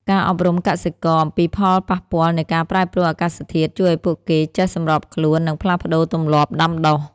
ការអប់រំកសិករអំពីផលប៉ះពាល់នៃការប្រែប្រួលអាកាសធាតុ ជួយឱ្យពួកគេចេះសម្របខ្លួន និងផ្លាស់ប្តូរទម្លាប់ដាំដុះ។